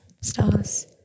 stars